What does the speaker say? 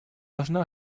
должна